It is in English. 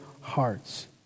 hearts